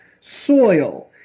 soil